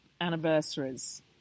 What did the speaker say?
anniversaries